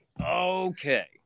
Okay